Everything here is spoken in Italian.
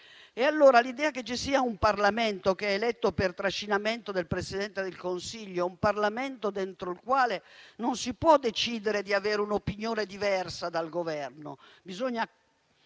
malattia. L'idea che ci sia un Parlamento che è eletto per trascinamento del Presidente del Consiglio, un Parlamento dentro il quale non si può decidere di avere un'opinione diversa dal Governo perché bisogna